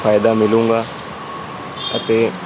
ਫਾਇਦਾ ਮਿਲੇਗਾ ਅਤੇ